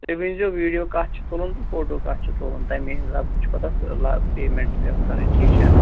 تُہۍ ؤنۍ زیٚو ویٖڈیو کَتھ چھُ تُلُن تہٕ فوٹوٗ کَتھ چھُ تُلُن تَمے حِسابہٕ چھُ پَتہٕ اَتھ پیمٮ۪نٛٹ پٮ۪وان کَرٕنۍ ٹھیٖک چھا